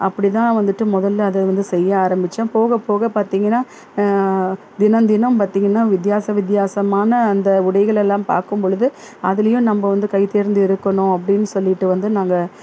அப்படி தான் வந்துட்டு முதலில் அதை வந்து செய்ய ஆரம்பிச்சேன் போக போக பார்த்திங்கன்னா தினம் தினம் பார்த்திங்கன்னா வித்தியாச வித்தியாசமான அந்த உடைகள் எல்லாம் பார்க்கும் பொழுது அதுலேயும் நம்ம வந்து கைதேர்ந்து இருக்கணும் அப்படின்னு சொல்லிட்டு வந்து நாங்கள்